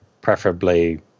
preferably